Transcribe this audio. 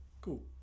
cool